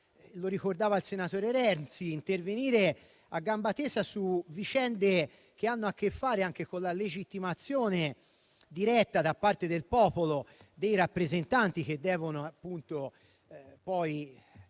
lo ricordava il senatore Renzi - possa intervenire a gamba tesa su vicende che hanno a che fare anche con la legittimazione diretta da parte del popolo dei rappresentanti che devono andare